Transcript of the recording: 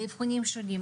ואבחונים שונים,